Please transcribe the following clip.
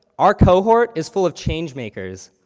our cohort is full of change makers.